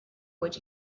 would